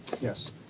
Yes